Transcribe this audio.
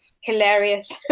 hilarious